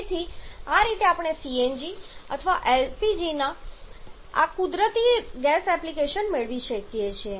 તેથી આ રીતે આપણે CNG અથવા LPG ના રૂપમાં આ કુદરતી ગેસ એપ્લિકેશન મેળવી શકીએ છીએ